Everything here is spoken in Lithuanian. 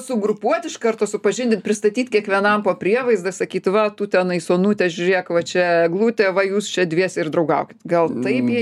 sugrupuot iš karto supažindint pristatyt kiekvienam po prievaizdą sakyt va tu tenais onute žiūrėk va čia eglutė va jūs čia dviese ir draugaukit gal taip jie